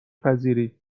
پذیری